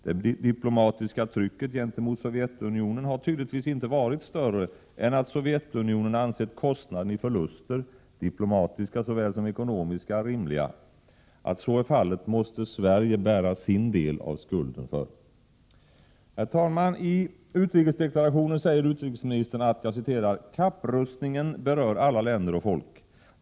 Det diplomatiska trycket gentemot Sovjetunionen har tydligtvis inte varit större än att Sovjetunionen ansett kostnaden i förluster, diplomatiska såväl som ekonomiska, rimliga. Att så är fallet måste Sverige bära sin del av skulden för. Herr talman! I utrikesdeklarationen säger utrikesministern: ”Kapprustningen berör alla länder och folk.